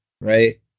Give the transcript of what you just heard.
right